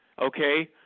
okay